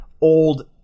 old